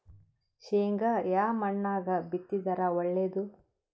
ಶೇಂಗಾ ಯಾ ಮಣ್ಣಾಗ ಬಿತ್ತಿದರ ಒಳ್ಳೇದು?